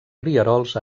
rierols